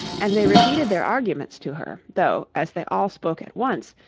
and they repeated their arguments to her, though, as they all spoke at once,